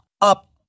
up